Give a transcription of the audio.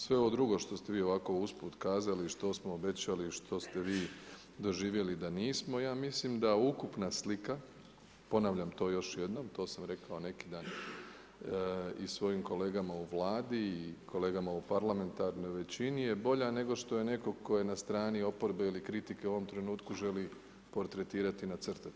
Sve ovo drugo što ste vi ovako usput kazali i što smo obećali, što ste vi doživjeli da nismo ja mislim da ukupna slika, ponavljam to još jednom to sam rekao neki dan i svojim kolegama u Vladi i kolegama u parlamentarnoj većini je bolja nego što je netko tko je na strani oporbe ili kritike u ovom trenutku želi portretirati, nacrtati.